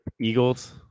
Eagles